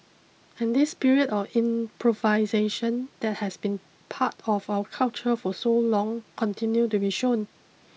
and this spirit of improvisation that has been part of our culture for so long continued to be shown